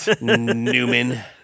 Newman